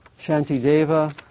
Shantideva